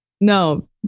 no